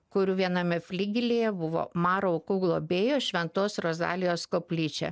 kurių viename fligelyje buvo maro aukų globėjo šventos rozalijos koplyčia